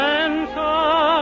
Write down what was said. answer